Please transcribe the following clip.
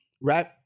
right